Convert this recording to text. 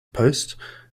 post